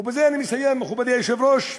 ובזה אני מסיים, מכובדי היושב-ראש,